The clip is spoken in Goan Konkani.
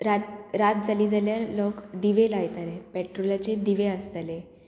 रात रात जाली जाल्यार लोक दिवे लायताले पेट्रोलाचे दिवे आसताले